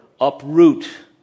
uproot